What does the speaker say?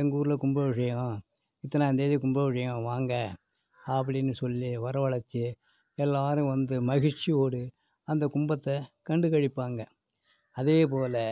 எங்கள் ஊரில் கும்பாபிஷேகம் இத்தனாந் தேதி கும்பாபிஷேகம் வாங்க அப்படினு சொல்லி வரவழைத்து எல்லோரும் வந்து மகிழ்ச்சியோடு அந்த கும்பத்தை கண்டு களிப்பாங்க அதே போல்